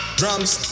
drums